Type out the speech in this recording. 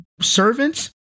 servants